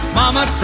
mama